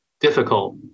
difficult